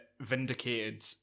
vindicated